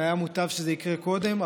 והיה מוטב שזה יקרה קודם,